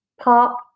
Pop